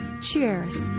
Cheers